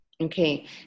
Okay